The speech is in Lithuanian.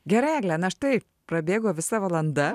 gerai egle na štai prabėgo visa valanda